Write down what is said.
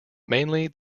mainly